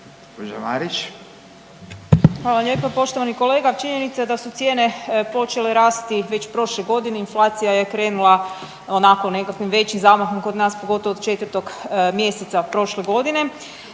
Hvala lijepa poštovani kolega. Činjenica je da su cijene počele rasti već prošle godine, inflacija je krenula, onako nekakvim većim zamahom kod nas, pogotovo od 4. mj. prošle godine.